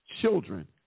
children –